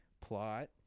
plot